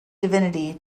divinity